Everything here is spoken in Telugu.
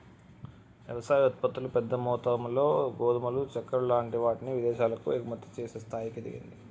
వ్యవసాయ ఉత్పత్తులు పెద్ద మొత్తములో గోధుమలు చెక్కర లాంటి వాటిని విదేశాలకు ఎగుమతి చేసే స్థాయికి ఎదిగింది